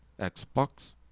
Xbox